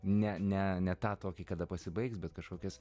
ne ne ne tą tokį kada pasibaigs bet kažkokias